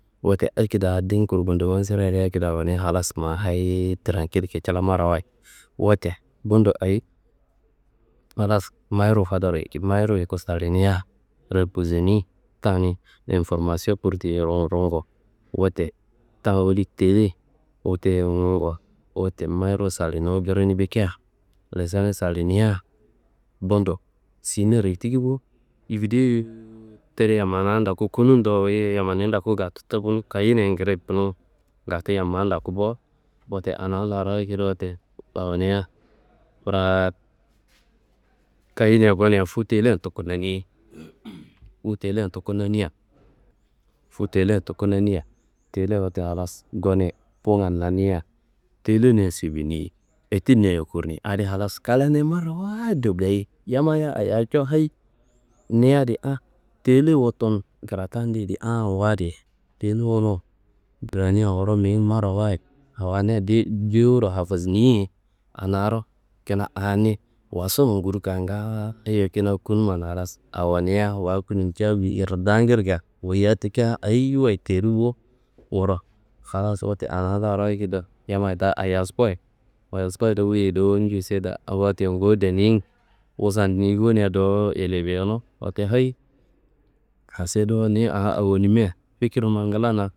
Wote akediro a din kurkudoman sirea, akediro awonia halas ma hayi trankil kicila marawayid. Wote bundo ayi halas mayiru fadaro yiki, mayiru yuku salinia reposini tani informasion kur rungu. Wote ta woli tele wutteye ngungu, wate mayiru salinu birini bikia, lesani salinia, budu cinero tiki bo, vidioye tide yammaniya ndoku kunundo, yammaniya ndoku gaatu takunu, kayiyeniyan kiri kunun gaatu yammando bo. Wote ana larro akediro wote awonia braat kayiyeniya konia fuwu telean tuku nanni. Fuwu telean tuku nannia, fuwu telean tuku nannia telea wote halas gonia fuwungan nannia, telenia suveni etidnia kurni. Adi halas klania marawaado gayi, yammayiye ayaco hayi ni adi a tele wutun krata deyedi a wu adi tele wunu kraniwa wuro mihim marawayid awonia de- dero hafisniye anaro kina ani wasnun nun kuduka ngaayo kina kunumma n halas awonia. Waa kununcia woli yirdakirka wayiya tika ayi wayi teri bo wuro. Halas wote anataro akediro yammayi ta ayaskoi, ayaskoi do wuyiyei ñuno seda, wote ngowo daniyin wussan nivoniya dowo eleve wuno. Wote ayi asi do niyi a awonimia fikirnumma nglana.